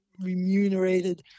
remunerated